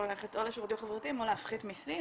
ללכת או לשירותים חברתיים או להפחית מסים,